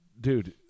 dude